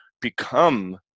become